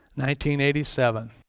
1987